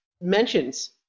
mentions